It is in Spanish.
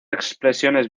expresiones